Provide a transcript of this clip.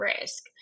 risk